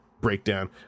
Breakdown